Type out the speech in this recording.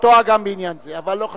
טועה גם בעניין זה, אבל לא חשוב.